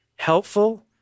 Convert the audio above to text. helpful